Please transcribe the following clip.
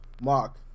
Mark